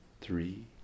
three